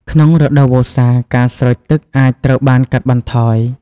ក្នុងរដូវវស្សា ការស្រោចទឹកអាចត្រូវបានកាត់បន្ថយ។